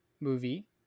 movie